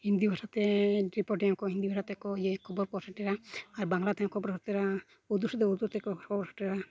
ᱦᱤᱱᱫᱤ ᱵᱷᱟᱥᱟᱛᱮ ᱨᱤᱯᱳᱴᱝ ᱟᱠᱚ ᱦᱤᱱᱫᱤ ᱵᱷᱟᱥᱟ ᱛᱮᱠᱚ ᱤᱭᱟᱹᱭᱟᱠᱚ ᱠᱷᱚᱵᱚᱨ ᱠᱚ ᱥᱮᱴᱮᱨᱟ ᱟᱨ ᱵᱟᱝᱞᱟ ᱛᱮᱦᱚᱸ ᱠᱚ ᱯᱨᱚᱪᱟᱨᱟ ᱥᱚᱦᱚᱨ ᱥᱮᱴᱮᱨᱟ